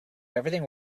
everything